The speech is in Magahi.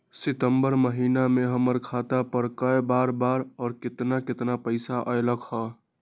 सितम्बर महीना में हमर खाता पर कय बार बार और केतना केतना पैसा अयलक ह?